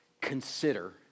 consider